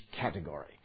category